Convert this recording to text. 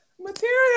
Material